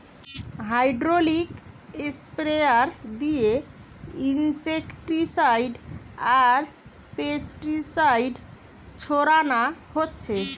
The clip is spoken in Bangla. হ্যাড্রলিক স্প্রেয়ার দিয়ে ইনসেক্টিসাইড আর পেস্টিসাইড ছোড়ানা হচ্ছে